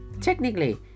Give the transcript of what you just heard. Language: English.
technically